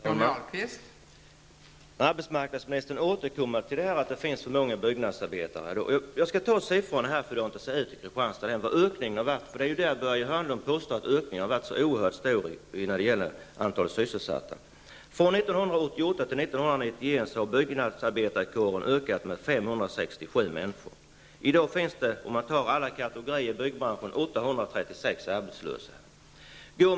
Fru talman! Arbetsmarknadsministern återkommer till att det finns för många byggnadsarbetare. Jag skall redovisa hur stor ökningen av antalet sysselsatta har varit i Hörnlund har varit oerhört stor. Från 1988 till 1991 människor. I dag finns det, om man räknar in alla kategorier av anställda inom byggbranschen, 836 arbetslösa.